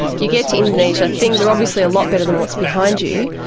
you get to indonesia, things are obviously a lot better than what's behind you,